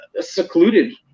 secluded